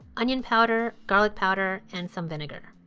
onion powder, garlic powder, and some vinegar.